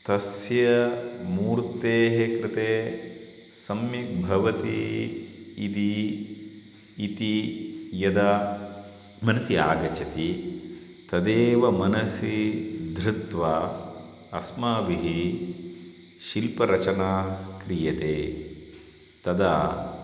तस्य मूर्तेः कृते सम्यक् भवति इति इति यदा मनसि आगच्छति तदेव मनसि धृत्वा अस्माभिः शिल्परचना क्रियते तदा